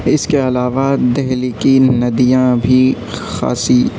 اس کے علاوہ دہلی کی ندیاں بھی خاصی